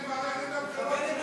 התחלת את מערכת הבחירות שלך, הא?